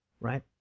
Right